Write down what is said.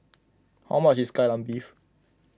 how much is Kai Lan Beef